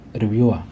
reviewer